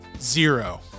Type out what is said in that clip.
Zero